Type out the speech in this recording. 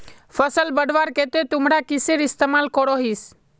फसल बढ़वार केते तुमरा किसेर इस्तेमाल करोहिस?